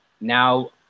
now